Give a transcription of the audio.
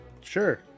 Sure